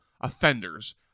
offenders